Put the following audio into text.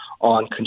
on